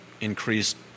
increased